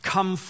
Come